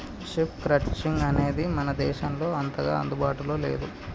sheep crutching అనేది మన దేశంలో అంతగా అందుబాటులో లేదు